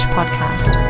Podcast